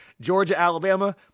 Georgia-Alabama